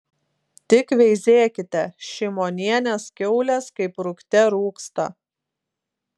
tik veizėkite šimonienės kiaulės kaip rūgte rūgsta